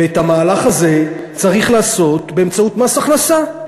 ואת המהלך הזה צריך לעשות באמצעות מס הכנסה,